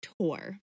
Tour